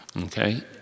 okay